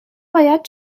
باید